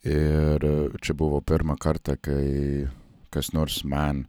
ir čia buvo pirmą kartą kai kas nors man